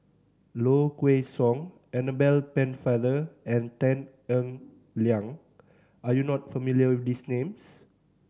Low Kway Song Annabel Pennefather and Tan Eng Liang are you not familiar with these names